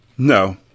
No